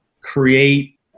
create